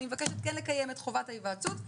אני כן מבקשת לקיים את חובת ההיוועצות.